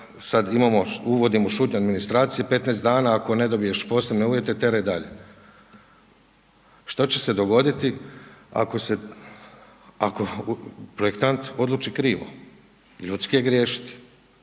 sad imamo, uvodimo .../Govornik se ne razumije./..., 15 dana ako ne dobiješ posebne uvjete, tjeraj dalje. Što će se dogoditi ako projektant odluči krivo? Ljudski je griješiti.